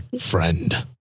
Friend